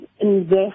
invest